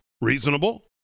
Reasonable